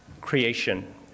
creation